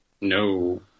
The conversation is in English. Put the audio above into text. No